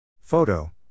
Photo